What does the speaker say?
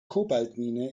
kobaltmine